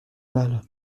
mal